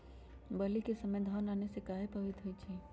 बली क समय धन बारिस आने से कहे पभवित होई छई?